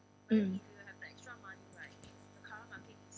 mm